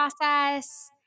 process